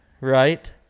right